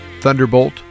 Thunderbolt